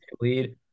lead